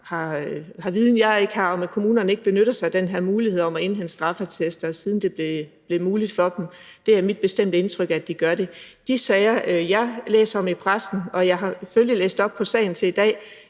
har viden, som jeg ikke har, om, at kommunerne ikke benytter sig af den her mulighed for at indhente straffeattester, siden det blev muligt for dem. Det er mit bestemte indtryk, at de gør det. Blandt de sager, jeg læser om i pressen – og jeg har selvfølgelig læst op på sagen til i dag